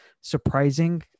surprising